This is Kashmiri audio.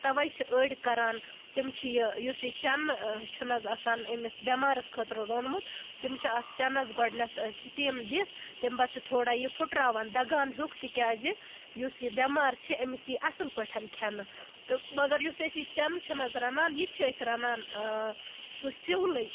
تَوَے چھِ أڈۍ کَران تِم چھِ یہِ یُس یہِ چَنہٕ چھُ نہَ حظ آسان أمِس بیٚمارَس خٲطرٕ روٚنمُت تِم چھِ اتھ چَنَس گۅڈنیٚتھ سِٹیٖم دِتھ تمہِ پَتہٕ چھُ تھوڑا یہِ پھُٹراوان دَگان ہیُکھ تِکیٛازِ یُس یہِ بیٚمار چھ أمِس یِیہِ اصٕل پٲٹھۍ کھیٚنہٕ تہٕ مَگَر یُس أسۍ یہِ چَنہٕ چھِ نہَ حظ رَنان یہِ تہِ چھِ أسۍ رَنان سُہ سِونٕے